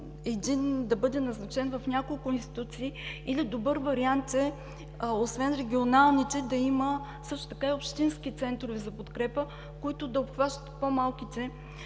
да бъде назначен в няколко институции, или добър вариант е, освен регионалните, да има също така и общински центрове за подкрепа, които да обхващат по-малките